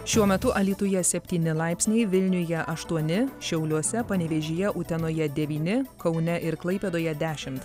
šiuo metu alytuje septyni laipsniai vilniuje aštuoni šiauliuose panevėžyje utenoje devyni kaune ir klaipėdoje dešimt